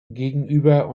gegenüber